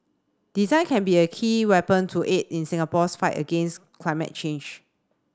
design can be a key weapon to aid in Singapore's fight against climate change